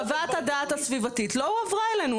חוות הדעת הסביבתית לא הועברה אלינו.